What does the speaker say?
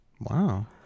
Wow